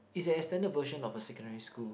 is an extended version of a secondary school